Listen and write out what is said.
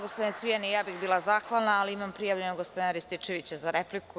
Gospodine Cvijan i ja bih bila zahvalna, ali imam prijavljenog gospodina Marijana Rističevića za repliku.